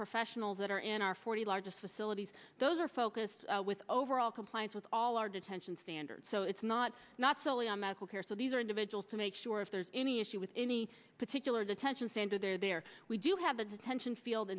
professionals that are in our forty largest facilities those are focused with overall compliance with all our detention standards so it's not not solely on medical care so these are individuals to make sure if there's any issue with any particular detention center they're there we do have a detention field